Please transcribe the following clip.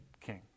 king